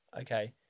okay